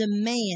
demand